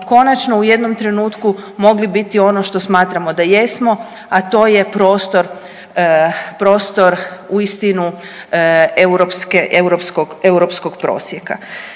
konačno u jednom trenutku mogli biti ono što smatramo da jesmo, a to je prostor, prostor uistinu europske, europskog,